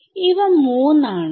ഇവ 3 ആണ്